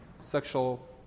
sexual